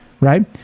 right